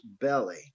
belly